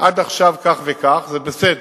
שעד עכשיו כך וכך זה בסדר,